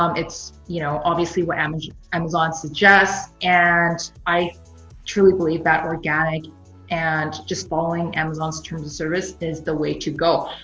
um it's you know obviously what amazon amazon suggests and i truly believe that organic and just following amazon's terms of service is the way to go.